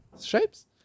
shapes